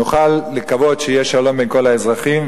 נוכל לקוות שיהיה שלום בין כל האזרחים.